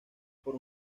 por